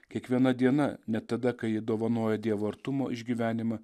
kiekviena diena net tada kai ji dovanoja dievo artumo išgyvenimą